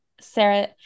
sarah